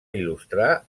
il·lustrar